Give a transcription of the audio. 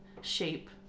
shape